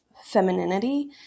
femininity